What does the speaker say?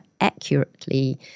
accurately